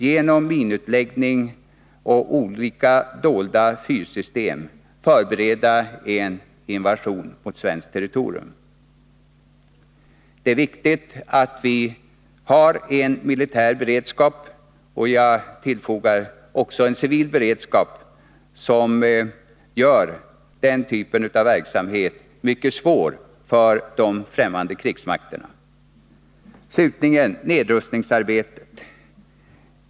genom minutläggning och olika dolda styrsystem. förbereda en invasion av svenskt territorium. Det är viktigt att vi har en militär beredskap — och en civil sådan — som gör det mycket svårt för främmande krigsmakter att utföra denna typ av verksamhet. Slutligen skall jag säga några ord om nedrustningsarbetet.